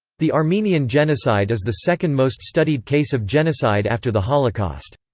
the armenian genocide is the second most-studied case of genocide after the holocaust.